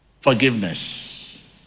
Forgiveness